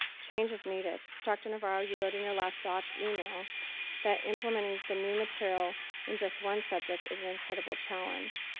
change is needed. dr. navarro, you wrote in your last dot's email that implementing the new material in just one subject is an incredible challenge.